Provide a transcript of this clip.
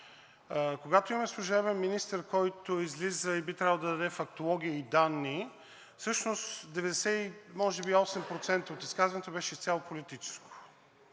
Когато имаме служебен министър, който излиза и би трябвало да даде фактология и данни, 98% от изказването беше изцяло политическо.